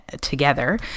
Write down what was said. together